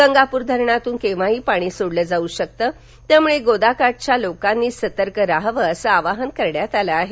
गंगापूर धरणातून केव्हाही पाणी सोडलं जावू शकतं त्यामुळे गोदाकाठच्या लोकांनी सतर्क रहावं असं आवाहन करण्यात आलं आहे